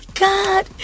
god